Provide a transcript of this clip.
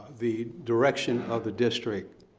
the direction of the district,